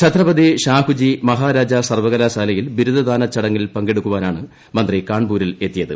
ഛത്രപതി ഷാഹുജി മഹാരാജാ ഹ സർവകലാശാലയിൽ ബിരുദദാന ചടങ്ങിൽ പങ്കെടുക്കാനാണ് മന്ത്രിട് കാൺപൂരിൽ എത്തിയത്